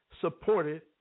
supported